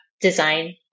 design